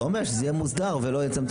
אתה אומר שצריך שזה יהיה מוסדר, שלא יצמצם.